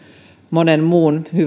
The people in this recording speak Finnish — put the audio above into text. monen muun